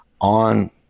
on